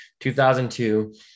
2002